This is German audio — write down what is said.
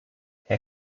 herr